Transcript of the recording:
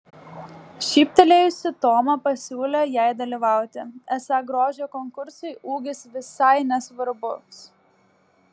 šyptelėjusi toma pasiūlė jai dalyvauti esą grožio konkursui ūgis visai nesvarbus